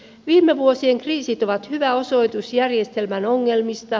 viime vuosien kriisit ovat hyvä osoitus järjestelmän ongelmista